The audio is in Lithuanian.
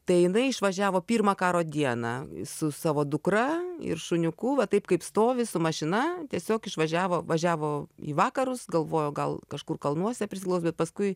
tai jinai išvažiavo pirmą karo dieną su savo dukra ir šuniuku va taip kaip stovi su mašina tiesiog išvažiavo važiavo į vakarus galvojo gal kažkur kalnuose prisiglaust bet paskui